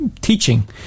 Teaching